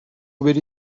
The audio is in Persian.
بری